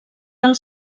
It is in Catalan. del